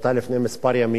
שהיתה לפני ימים